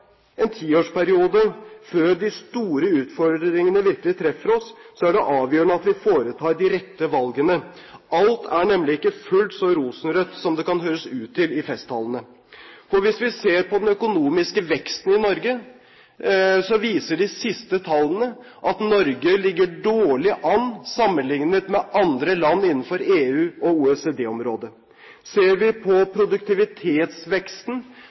en tiårsperiode før de store utfordringene virkelig treffer oss, er det avgjørende at vi foretar de rette valgene. Alt er nemlig ikke fullt så rosenrødt som det kan høres ut til i festtalene. For hvis vi ser på den økonomiske veksten i Norge, viser de siste tallene at Norge ligger dårlig an sammenliknet med andre land innenfor EU og OECD-området. Ser vi på produktivitetsveksten,